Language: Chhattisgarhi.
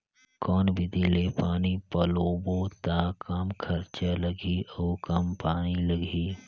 कौन विधि ले पानी पलोबो त कम खरचा लगही अउ कम पानी लगही?